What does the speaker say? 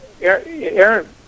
Aaron